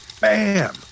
Bam